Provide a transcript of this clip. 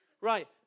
Right